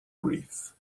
grief